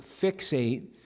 fixate